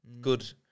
good